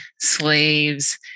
slaves